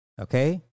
okay